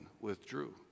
withdrew